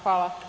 Hvala.